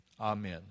Amen